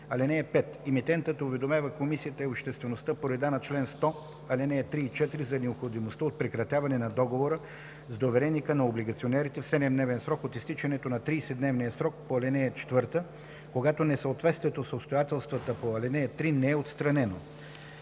и 8: „(5) Емитентът уведомява Комисията и обществеността по реда на чл. 100т, ал. 3 и 4 за необходимостта от прекратяване на договора с довереника на облигационерите в 7 дневен срок от изтичане на 30 дневния срок по ал. 4, когато несъответствието с обстоятелствата по ал. 3 не е отстранено.